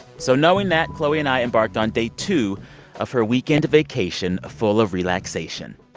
so knowing that, chloe and i embarked on day two of her weekend vacation full of relaxation.